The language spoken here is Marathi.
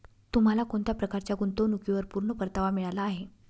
तुम्हाला कोणत्या प्रकारच्या गुंतवणुकीवर पूर्ण परतावा मिळाला आहे